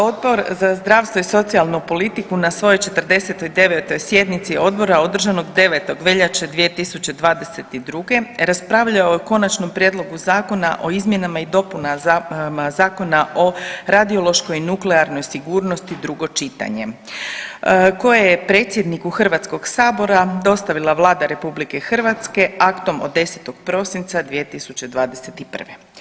Odbor za zdravstvo i socijalnu politiku na svojoj 49. sjednici odbora održanog 9. veljače 2022. raspravljao je o Konačnom prijedlogu zakona o izmjenama i dopunama Zakona o radiološkoj i nuklearnoj sigurnosti, drugo čitanje, koje je predsjedniku HS dostavila Vlada RH aktom od 10. prosinca 2021.